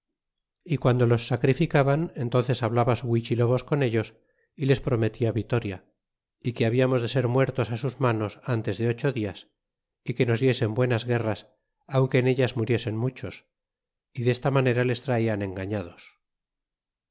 y guando los sacrificaban enteences hablaba su fluichilobos con ellos y les prometia vitoria é que habiamos de ser muertos sus manos ntes de ocho dias é que nos diesen buenas guerras aunque en ellas muriesen muchos y desta manera les traian engañados